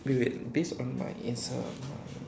wait wait based on my it's a my